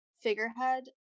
figurehead